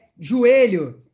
joelho